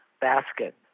basket